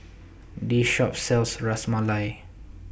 This Shop sells Ras Malai